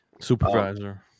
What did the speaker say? Supervisor